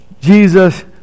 Jesus